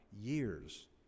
years